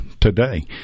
today